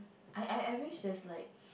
I I I wish there's like